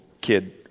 kid